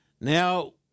Now